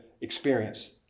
experience